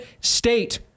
state